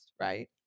Right